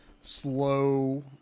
slow